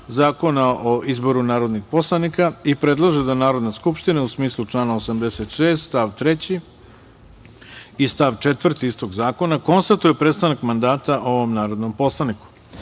Zakona o izboru narodnih poslanika i predlaže da Narodna skupština, u smislu člana 86. stav 3. i stav 4. istog zakona, konstatuje prestanak mandata ovom narodnom poslaniku. Saglasno